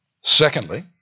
Secondly